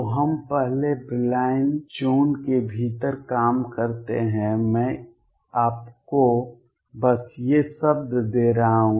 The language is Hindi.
तो हम पहले ब्रिलॉइन ज़ोन के भीतर काम करते हैं मैं आपको बस ये शब्द दे रहा हूँ